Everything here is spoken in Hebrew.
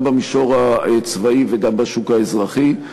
גם במישור הצבאי וגם בשוק האזרחי.